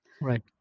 Right